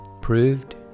proved